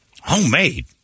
Homemade